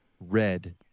red